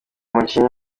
mukinnyi